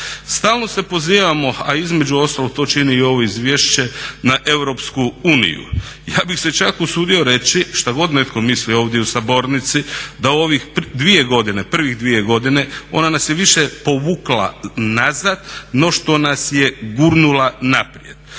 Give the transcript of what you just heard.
Stalno se pozivamo a između ostalog to čini i ovo izvješće na europsku uniju. Ja bih se čak usudio reći šta god netko mislim ovdje u sabornici da u ovih dvije godine, prvih dvije godine onda nas je više povukla nazad no što nas je gurnula naprijed.